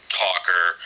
talker